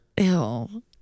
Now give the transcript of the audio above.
Ew